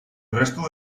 resto